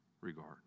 regard